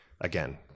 Again